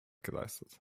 geleistet